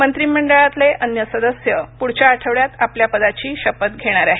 मंत्रिमंडळातले अन्य सदस्य पुढच्या आठवड्यात आपल्या पदाची शपथ घेणार आहेत